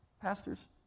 pastors